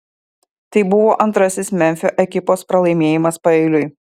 tai buvo antrasis memfio ekipos pralaimėjimas paeiliui